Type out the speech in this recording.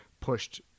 pushed